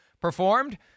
performed